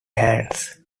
hands